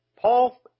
Paul